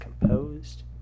composed